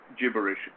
gibberish